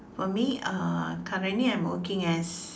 for me uh currently I'm working as